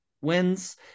wins